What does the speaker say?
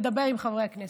לדבר עם חברי הכנסת.